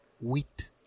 wheat